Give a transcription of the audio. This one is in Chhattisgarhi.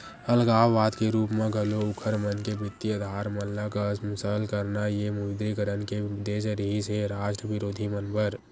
अलगाववाद के रुप म घलो उँखर मन के बित्तीय अधार मन ल कमसल करना ये विमुद्रीकरन के उद्देश्य रिहिस हे रास्ट बिरोधी मन बर